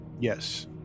Yes